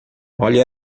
olhe